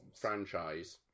franchise